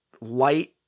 light